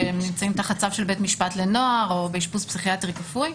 שהם נמצאים תחת צו של בית משפט לנוער או באשפוז פסיכיאטרי כפוי,